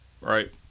right